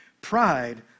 pride